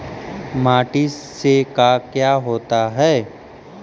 माटी से का क्या होता है?